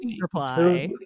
reply